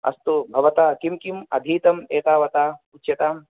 अस्तु भवता किं किम् अधीतम् एतावता उच्यतां